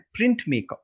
printmaker